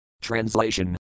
Translation